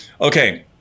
okay